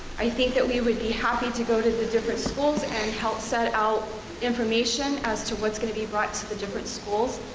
i think that we would be happy to go to the different schools and send out information as to what's going to be brought to the different schools,